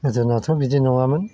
गोदोनाथ' बिदि नङामोन